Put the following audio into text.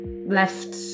left